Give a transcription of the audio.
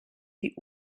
die